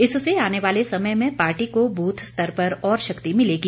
इससे आने समय में पार्टी को ब्रथ स्तर पर और शक्ति मिलेगी